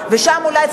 שאלה טובה.